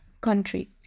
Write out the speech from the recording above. country